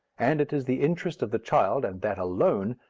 and it is the interest of the child, and that alone,